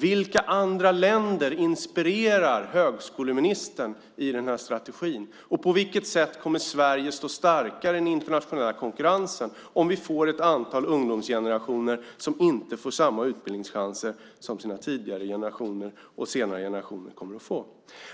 Vilka andra länder inspirerar högskoleministern i denna strategi, och på vilket sätt kommer Sverige att stå starkare i den internationella konkurrensen om vi får ett antal ungdomsgenerationer som inte får samma utbildningschanser som tidigare generationer har fått och som senare generationer kommer att få?